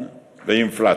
גאה